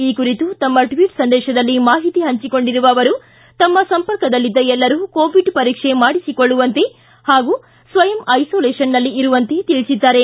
ಈ ಕುರಿತು ತಮ್ಮ ಟ್ವಿಚ್ ಸಂದೇಶದಲ್ಲಿ ಮಾಹಿತಿ ಪಂಚಿಕೊಂಡಿರುವ ಅವರು ತಮ್ಮ ಸಂಪರ್ಕದಲ್ಲಿದ್ದ ಎಲ್ಲರೂ ಕೋವಿಡ್ ಪರೀಕ್ಷ ಮಾಡಿಸಿಕೊಳ್ಳುವಂತೆ ಪಾಗೂ ಸ್ವಯಂ ಐಸೋಲೇಷನ್ನಲ್ಲಿ ಇರುವಂತೆ ತಿಳಿಸಿದ್ದಾರೆ